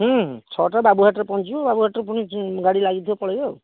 ହୁଁ ହୁଁ ଛଅଟାରୁ ବାବୁ ଘାଟରେ ପହଁଞ୍ଚିବ ବାବୁ ଘାଟରୁ ପୁଣି ଗାଡ଼ି ଲାଗିଥିବ ପଳେଇବେ ଆଉ